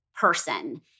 person